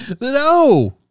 no